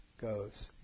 goes